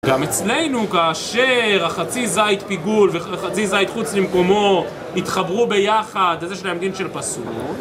גם אצלנו כאשר החצי זית פיגול וחצי זית חוץ למקומו התחברו ביחד, אז יש להם דין של פסול